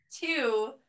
Two